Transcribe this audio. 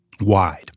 wide